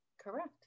correct